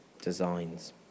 designs